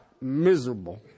miserable